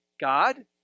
God